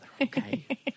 Okay